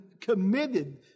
committed